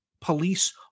police